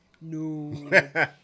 No